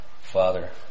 Father